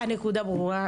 הנקודה ברורה,